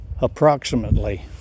approximately